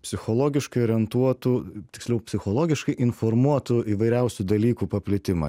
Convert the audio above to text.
psichologiškai orientuotų tiksliau psichologiškai informuotų įvairiausių dalykų paplitimą